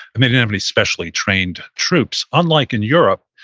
and they didn't have any specially trained troops, unlike in europe,